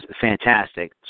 fantastic